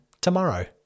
tomorrow